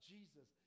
Jesus